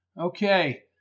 Okay